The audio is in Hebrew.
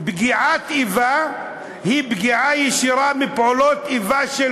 פגיעת איבה היא פגיעה ישירה מפעולות איבה של